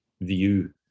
view